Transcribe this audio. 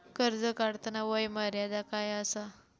कर्ज काढताना वय मर्यादा काय आसा?